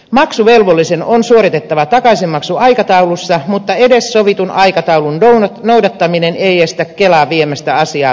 maksuvelvollisen on suoritettava takaisinmaksu aikataulussa mutta edes sovitun aikataulun noudattaminen ei estä kelaa viemästä asiaa perintään